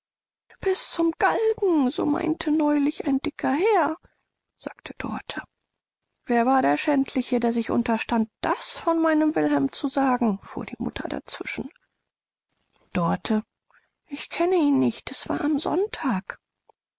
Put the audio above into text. bis zum galgen so meinte neulich ein dicker herr mutter wer war der schändliche der sich unterstand das von meinem wilhelm zu sagen dorte ich kenne ihn nicht es war am sonntag